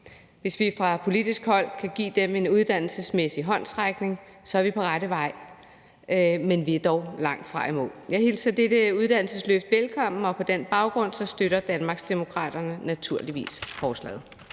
Hvis vi fra politisk hold kan give dem en uddannelsesmæssig håndsrækning, er vi på rette vej, men vi er dog langtfra i mål. Jeg hilser dette uddannelsesløft velkommen, og på den baggrund støtter Danmarksdemokraterne naturligvis forslaget.